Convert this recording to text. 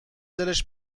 دلش